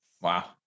Wow